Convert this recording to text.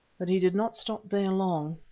but he did not stop there long.